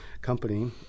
company